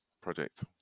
project